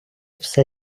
все